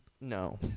no